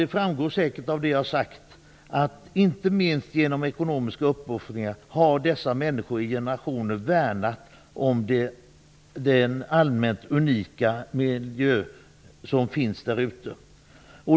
Det framgår säkert av det jag har sagt att inte minst genom ekonomiska uppoffringar har dessa människor i generationer värnat om den allmänt unika miljö som finns där ute.